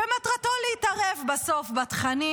שמטרתו בסוף להתערב בתכנים,